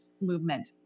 movement